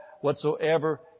whatsoever